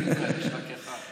יש רק אחד.